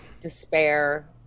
Despair